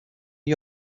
new